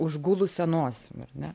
užgulusia nosim ar ne